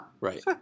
Right